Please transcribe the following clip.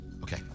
okay